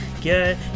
get